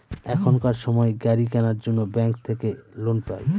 এখনকার সময় গাড়ি কেনার জন্য ব্যাঙ্ক থাকে লোন পাই